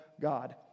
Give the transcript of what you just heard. God